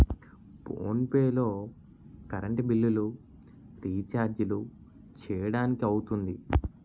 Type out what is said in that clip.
phone pay లో current బిల్లులు, రిచార్జీలు చేయడానికి అవుతుంది